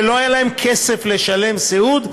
שלא היה להם כסף לשלם סיעוד.